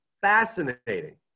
fascinating